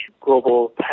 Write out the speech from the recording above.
global